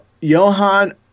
Johan